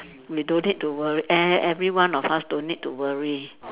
we don't need to wor~ e~ everyone of us don't need to worry